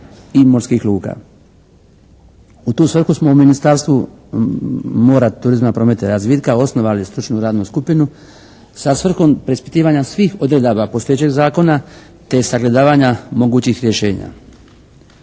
U tu svrhu smo u Ministarstvu mora, turizma, prometa i razvitka osnovali stručnu radnu skupinu sa svrhom preispitivanja svih odredaba postojećih zakona te sagledavanja mogućih rješenja.